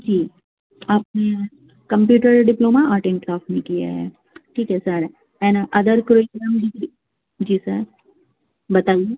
جی آپ نے computer diploma art and craft میں کیا ہے ٹھیک ہے سر اینڈ ادر کوئی ڈگری جی سر بتائیے